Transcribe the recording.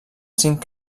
cinc